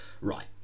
Right